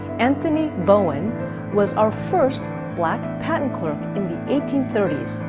anthony bowen was our first black patent clerk in the eighteen thirty s.